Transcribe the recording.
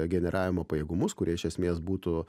generavimo pajėgumus kurie iš esmės būtų